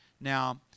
Now